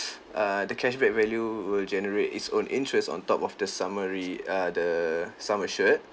err the cashback value will generate its own interest on top of the summary uh the sum assured